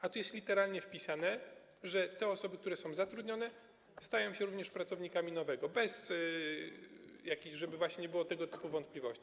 A tu jest literalnie wpisane, że te osoby, które są zatrudnione, stają się również pracownikami nowego urzędu, żeby właśnie nie było tego typu wątpliwości.